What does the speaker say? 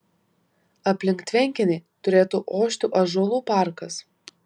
aplink tvenkinį turėtų ošti ąžuolų parkas